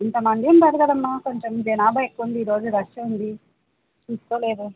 ఇంతమంది ఉన్నారు కదమ్మా కొంచెం జనాభా ఎక్కువుంది ఈరోజు రష్ ఉంది చూసుకోలేదు